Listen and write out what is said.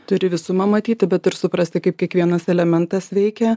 turi visumą matyti bet ir suprasti kaip kiekvienas elementas veikia